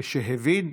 כשהבין,